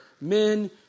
men